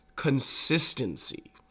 Consistency